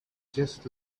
just